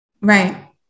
Right